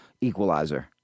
Equalizer